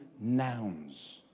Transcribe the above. nouns